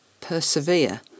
persevere